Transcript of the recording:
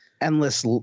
endless